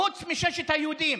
חוץ, ששת היהודים